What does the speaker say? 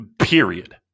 period